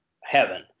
heaven